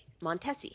Montesi